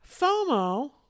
FOMO